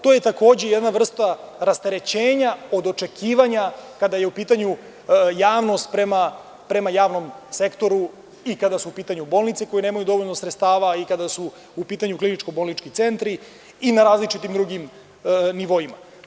To je takođe jedna vrsta rasterećenja od očekivanja kada je u pitanju javnost prema javnom sektoru, i kada su u pitanju bolnice koje nemaju dovoljno sredstava, i kada su u pitanju kliničko-bolnički centri, i na različitim drugim nivoima.